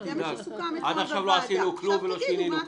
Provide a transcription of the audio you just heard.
אל תדאג, עד עכשיו לא עשינו כלום ולא שינינו כלום.